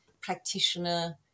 practitioner